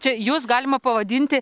čia jus galima pavadinti